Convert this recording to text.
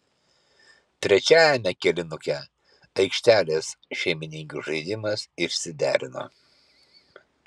trečiajame kėlinuke aikštelės šeimininkių žaidimas išsiderino